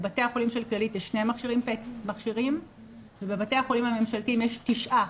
בבתי החולים של כללית יש שני מכשירים ובבתי החולים הממשלתיים יש תשעה.